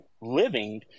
living